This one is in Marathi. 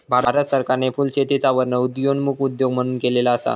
भारत सरकारने फुलशेतीचा वर्णन उदयोन्मुख उद्योग म्हणून केलेलो असा